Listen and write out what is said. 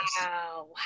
Wow